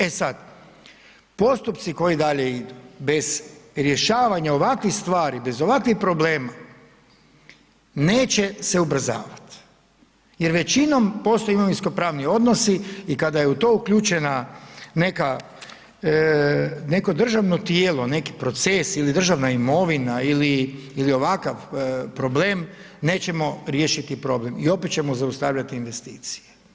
E sad, postupci koji dalje idu, bez rješavanja ovakvih stvari, bez ovakvih problema, neće se ubrzavat jer većinom postoje imovinsko-pravni odnosi, i kada je u to uključena neka, neko državno tijelo, neki proces ili državna imovina, ili ovakav problem, nećemo riješiti problem, i opet ćemo zaustavljati investicije.